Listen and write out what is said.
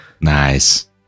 Nice